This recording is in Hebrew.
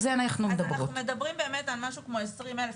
אז אנחנו מדברים באמת על משהו כמו 20,000,